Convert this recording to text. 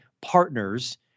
partners